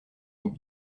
nids